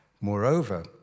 moreover